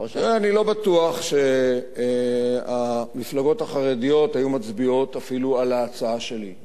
אני לא בטוח שהמפלגות החרדיות היו מצביעות אפילו על ההצעה שלי,